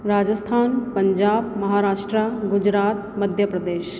Rajasthan Punjab Maharashtra Gujarat Madhya Pradesh